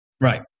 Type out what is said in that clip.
Right